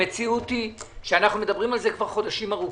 המציאות היא שאנחנו מדברים על זה חודשים ארוכים.